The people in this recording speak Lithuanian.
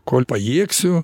kol pajėgsiu